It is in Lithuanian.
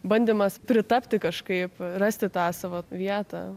bandymas pritapti kažkaip rasti tą savo vietą